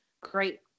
great